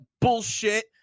bullshit